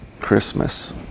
Christmas